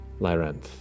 Lyranth